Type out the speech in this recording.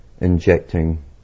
injecting